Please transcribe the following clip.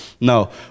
No